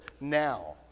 now